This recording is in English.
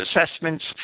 assessments